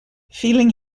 feeling